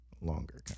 longer